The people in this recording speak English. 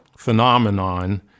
phenomenon